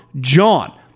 JOHN